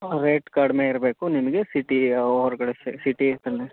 rate ಕಡಿಮೆ ಇರಬೇಕು ನಿಮಗೆ ಸಿಟಿಯ ಹೊರಗಡೆ ಸ ಸಿಟಿ ಹತ್ತಿರನೇ